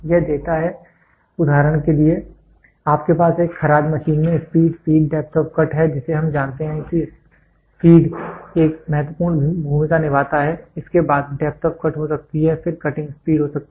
यह देता है उदाहरण के लिए आपके पास एक खराद मशीन में speed feed depth of cut है जिसे हम जानते हैं कि फ़ीड एक महत्वपूर्ण भूमिका निभाता है इसके बाद डेप्थ आफ कट हो सकती है फिर कटिंग स्पीड हो सकती है